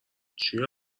چیه